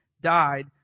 died